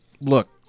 Look